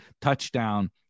touchdown